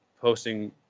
posting